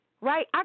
right